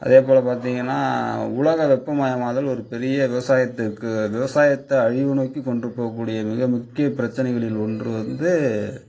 அது போல் பார்த்திங்கன்னா உலக வெப்பமயமாதல் ஒரு பெரிய விவசாயத்துக்கு விவசாயத்தை அழிவு நோக்கி கொண்டு போக கூடிய மிக முக்கிய பிரச்சனைகளில் ஒன்று வந்து